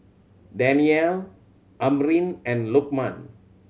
Danial Amrin and Lokman